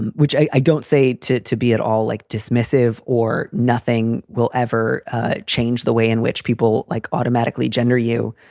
and which i don't say to to be at all, like dismissive or nothing will ever change the way in which people like automatically gender you.